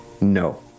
No